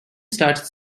started